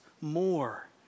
more